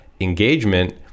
engagement